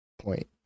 point